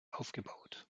aufgebaut